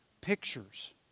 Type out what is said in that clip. pictures